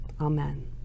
amen